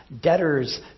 debtors